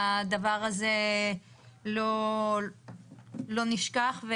הדבר הזה לא נשכח,